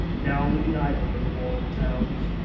now living idle in the walled towns,